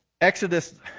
Exodus